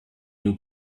new